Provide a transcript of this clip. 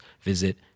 visit